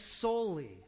solely